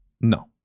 No